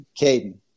Caden